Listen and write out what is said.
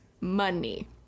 money